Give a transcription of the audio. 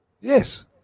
Yes